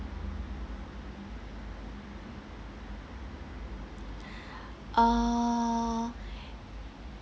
uh